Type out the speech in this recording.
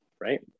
right